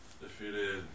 Defeated